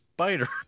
Spider